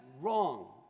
wrong